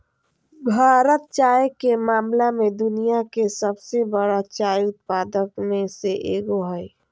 भारत चाय के मामला में दुनिया के सबसे बरा चाय उत्पादक में से एगो हइ